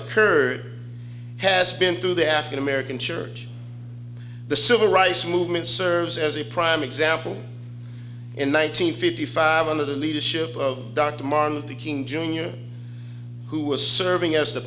occurred has been to the african american church the civil rights movement serves as a prime example in one nine hundred fifty five under the leadership of dr martin luther king jr who was serving as the